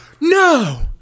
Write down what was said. no